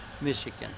Michigan